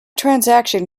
transaction